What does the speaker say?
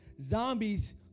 zombies